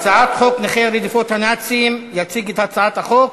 הצעת חוק נכי רדיפות הנאצים (תיקון מס' 19). יציג את הצעת החוק